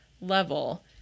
level